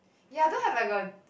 ya I don't have like a